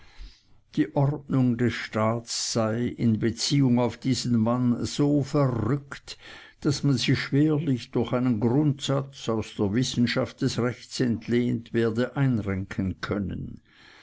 die ordnung des staats sei in beziehung auf diesen mann so verrückt daß man sie schwerlich durch einen grundsatz aus der wissenschaft des rechts entlehnt werde einrenken können